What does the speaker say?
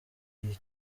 iyi